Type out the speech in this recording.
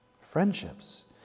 Friendships